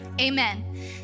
Amen